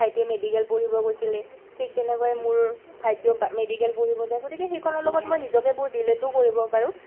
ভাইটিয়ে মেডিকেল পঢ়িব গৈছিলে ঠিক তেনেকৈ মোৰ ভাইটিয়েও বা মেডিকেল পঢ়িব যায় গতিকে সেইখনৰ লগত মই নিজকে বহুত ৰিলেটো কৰিব পাৰোঁ